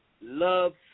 love